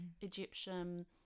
Egyptian